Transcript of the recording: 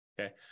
Okay